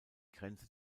grenze